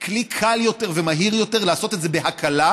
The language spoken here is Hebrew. כלי קל יותר ומהיר יותר לעשות את זה בהקלה,